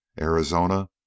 Arizona